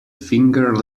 finger